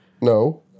No